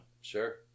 Sure